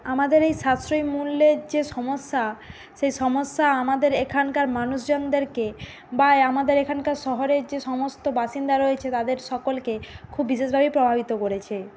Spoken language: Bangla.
আমাদের এই সাশ্রয়ী মূল্যের যে সমস্যা সেই সমস্যা আমাদের এখানকার মানুষজনদেরকে বা আমাদের এখানকার শহরের যে সমস্ত বাসিন্দা রয়েছে তাদের সকলকে খুব বিশেষভাবেই প্রভাবিত করেছে